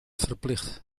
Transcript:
verplicht